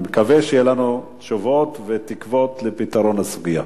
אני מקווה שיהיו לנו תשובות ותקוות לפתרון הסוגיה.